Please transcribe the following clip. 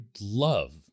love